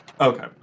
Okay